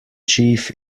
chief